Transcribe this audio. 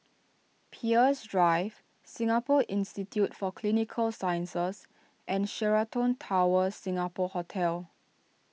Peirce Drive Singapore Institute for Clinical Sciences and Sheraton Towers Singapore Hotel